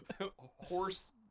Horse